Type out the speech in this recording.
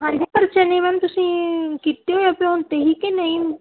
ਹਾਂਜੀ ਪਰ ਚਨੇ ਮੈਮ ਤੁਸੀਂ ਕੀਤੇ ਹੋਏ ਆ ਭਿਓਂਤੇ ਹੀ ਕਿ ਨਹੀਂ